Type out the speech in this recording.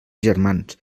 germans